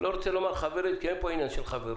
אני לא רוצה לומר חברית כי אין כאן עניין של חברויות